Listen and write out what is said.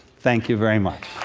thank you very much.